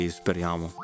speriamo